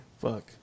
fuck